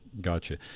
Gotcha